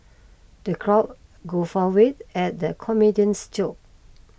the crowd guffawed at the comedian's joke